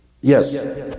Yes